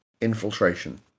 infiltration